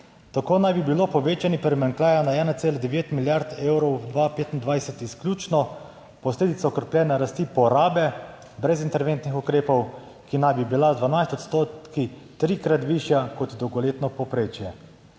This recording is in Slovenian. "Tako naj bi bilo povečanje primanjkljaja na 1,9 milijard evrov 2025 izključno posledica okrepljene rasti porabe brez interventnih ukrepov, ki naj bi bila z 12 odstotki trikrat višja kot dolgoletno povprečje.